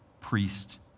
priest